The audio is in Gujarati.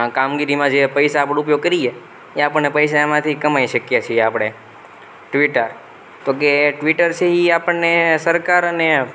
કામગીરીમાં જે પૈસા આપણે ઉપયોગ કરીએ એ આપણને પૈસા એમાંથી કમાઈ શકીએ છીએ આપણે ટ્વિટર તો કે ટ્વિટર છે એ આપણને સરકાર અને